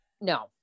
No